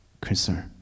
concern